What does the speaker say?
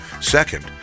Second